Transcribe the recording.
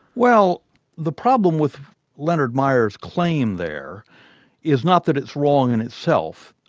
well the problem with leonard meyer's claim there is not that it's wrong in itself.